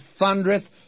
thundereth